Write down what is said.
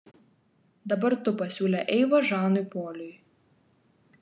dabar tu pasiūlė eiva žanui poliui